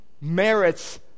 merits